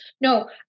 no